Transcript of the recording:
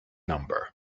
number